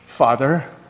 Father